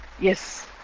Yes